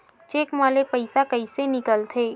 Cheque म ले पईसा कइसे निकलथे?